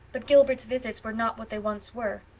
but gilbert's visits were not what they once were.